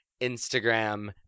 Instagram